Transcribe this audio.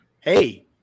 hey